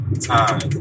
time